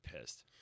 pissed